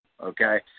okay